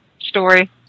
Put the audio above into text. story